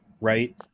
right